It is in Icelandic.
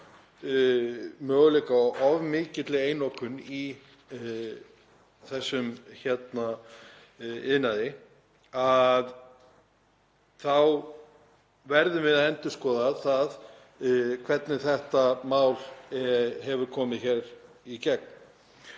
möguleika á of mikilli einokun í þessum iðnaði, verðum við að endurskoða það hvernig þetta mál hefur komið hér í gegn.